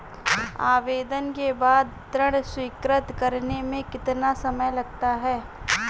आवेदन के बाद ऋण स्वीकृत करने में कितना समय लगता है?